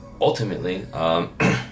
ultimately